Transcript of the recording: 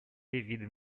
виды